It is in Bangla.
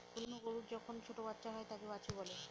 কোনো গরুর যখন ছোটো বাচ্চা হয় তাকে বাছুর বলে